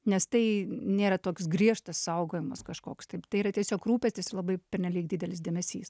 nes tai nėra toks griežtas saugojimas kažkoks taip tai yra tiesiog rūpestis ir labai pernelyg didelis dėmesys